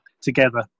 together